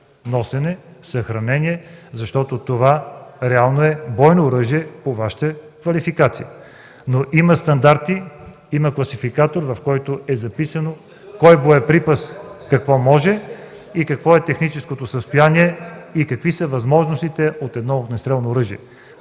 на газово оръжие, защото това реално е бойно оръжие, по Вашите квалификации. Но има стандарти, има класификатор, в който е записано кой боеприпас какво може и какво е техническото състояние, какви са възможностите от едно огнестрелно оръжие.